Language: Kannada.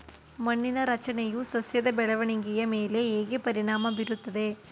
ಮಣ್ಣಿನ ರಚನೆಯು ಸಸ್ಯದ ಬೆಳವಣಿಗೆಯ ಮೇಲೆ ಹೇಗೆ ಪರಿಣಾಮ ಬೀರುತ್ತದೆ?